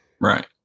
Right